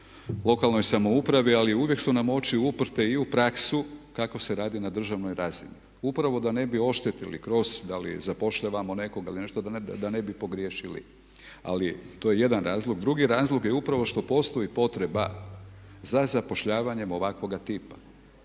lokalnoj samoupravi ali uvijek su nam oči uprte i u praksu kako se radi na državnoj razini. Upravo da ne bi oštetili kroz da li zapošljavamo nekoga ili nešto, da ne bi pogriješili. Ali to je jedan razlog. Drugi razlog je upravo što postoji potreba za zapošljavanjem ovakvoga tipa.